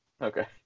Okay